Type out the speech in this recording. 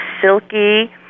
silky